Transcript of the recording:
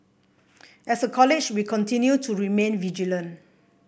as a college we continue to remain vigilant